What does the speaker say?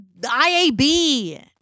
IAB